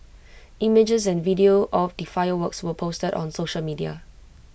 images and video of the fireworks were posted on social media